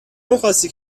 میخاستی